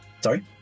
Sorry